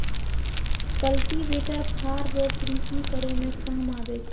cultivator फार रो कृषि करै मे काम आबै छै